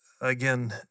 again